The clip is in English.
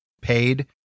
paid